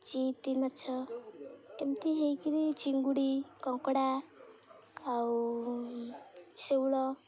ଚିତି ମାଛ ଏମିତି ହେଇକିରି ଚିଙ୍ଗୁଡ଼ି କଙ୍କଡ଼ା ଆଉ ଶେଉଳ